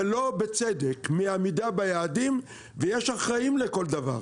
ולא בצדק, מעמידה ביעדים, ויש אחראים לכל דבר.